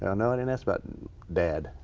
and no i didn't ask about dad.